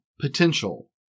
potential